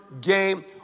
game